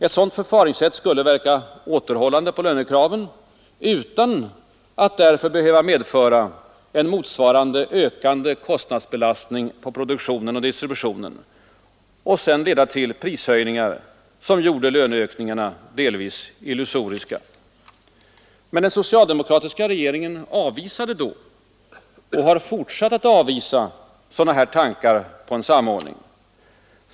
Ett sådant förfaringssätt skulle verka återhållande på lönekraven utan att därför behöva medföra en motsvarande ökande kostnadsbelastning på produktionen och distributionen och sedan leda till prishöjningar som gjorde löneökningarna delvis illusoriska. Den socialdemokratiska regeringen avvisade då och har fortsatt att avvisa sådana tankar på en samordning.